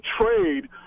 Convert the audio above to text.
trade